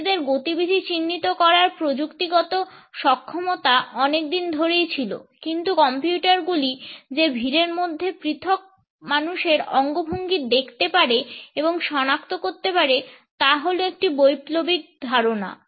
ব্যক্তিদের গতিবিধি চিহ্নিত করার প্রযুক্তিগত সক্ষমতা অনেকদিন ধরেই ছিল কিন্তু কম্পিউটারগুলি যে ভিড়ের মধ্যে পৃথক মানুষের অঙ্গভঙ্গি দেখতে পারে এবং সনাক্তকরণ করতে পারে তা হল একটি বৈপ্লবিক ধারণা